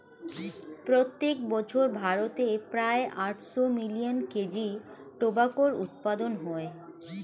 প্রত্যেক বছর ভারতে প্রায় আটশো মিলিয়ন কেজি টোবাকোর উৎপাদন হয়